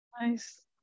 Nice